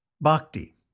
Bhakti